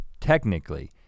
technically